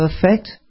perfect